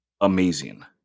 amazing